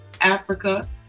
Africa